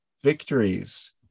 victories